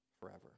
forever